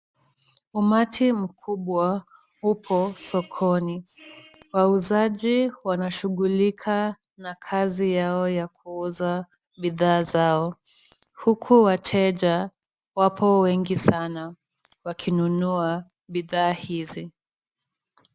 Umati mkubwa uko sokoni. Wauzaji wanashughulika na kazi yao ya kuuza bidhaa zao. Huku wateja wako wengi sana wakinunua bidhaa hizi.